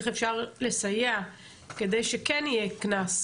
איך אפשר לסייע כדי שכן יהיה קנס,